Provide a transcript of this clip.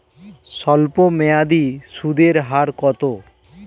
স্বল্পমেয়াদী সুদের হার কত?